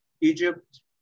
Egypt